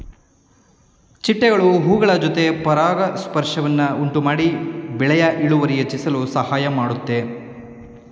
ಚಿಟ್ಟೆಗಳು ಹೂಗಳ ಜೊತೆ ಪರಾಗಸ್ಪರ್ಶವನ್ನು ಉಂಟುಮಾಡಿ ಬೆಳೆಯ ಇಳುವರಿ ಹೆಚ್ಚಿಸಲು ಸಹಾಯ ಮಾಡುತ್ತೆ